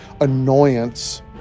annoyance